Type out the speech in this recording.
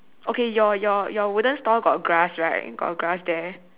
okay your your your wooden stall got grass right got grass there